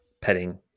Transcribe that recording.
petting